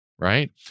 Right